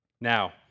Now